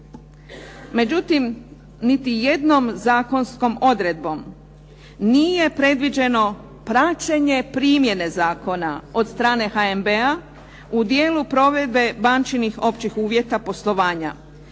Međutim, niti jednom zakonskom odredbom nije predviđeno praćenje primjene zakona od strane HNB-a u dijelu provedbe bančinih općih uvjeta poslovanja